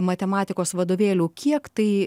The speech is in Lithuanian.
matematikos vadovėlių kiek tai